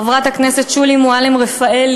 חברת הכנסת שולי מועלם-רפאלי,